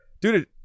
dude